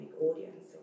audience